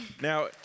Now